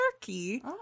turkey